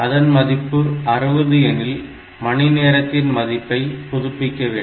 அதன் மதிப்பு 60 எனில் மணி நேரத்தின் மதிப்பை புதுப்பிக்க வேண்டும்